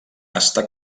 està